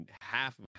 half